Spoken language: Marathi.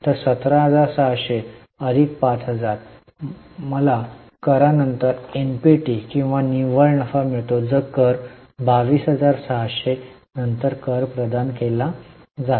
तर 17600 अधिक 5000 मला कर नंतर एनपीएटी किंवा निव्वळ नफा मिळतो जो कर 22600 नंतर कर प्रदान केला जातो